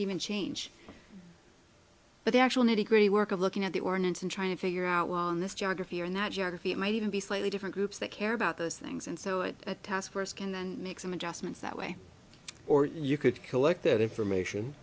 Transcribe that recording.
even change but the actual nitty gritty work of looking at the ordinance and trying to figure out why on this geography or in that geography it might even be slightly different groups that care about those things and so the task force can then make some adjustments that way or you could collect that information